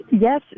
Yes